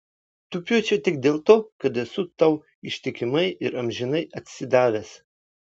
tupiu čia tik dėl to kad esu tau ištikimai ir amžinai atsidavęs